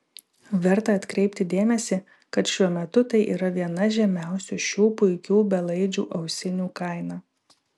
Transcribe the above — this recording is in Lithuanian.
verta atkreipti dėmesį kad šiuo metu tai yra viena žemiausių šių puikių belaidžių ausinių kaina